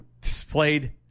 displayed